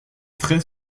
traits